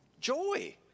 joy